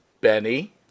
Benny